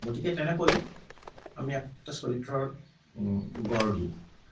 গতিকে তেনেকৈ আমি একোটা চৰিত্ৰৰ গঢ় দিওঁ